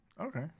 Okay